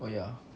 oh ya